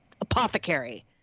Apothecary